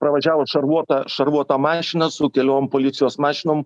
pravažiavo šarvuota šarvuota mašina su keliom policijos mašinom